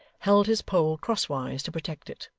held his pole crosswise to protect it.